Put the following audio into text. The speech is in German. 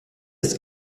ist